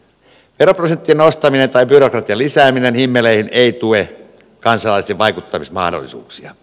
veroprosenttien nostaminen tai byrokratian lisääminen himmeleihin ei tue kansalaisten vaikuttamismahdollisuuksia